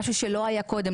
מה שלא היה קודם.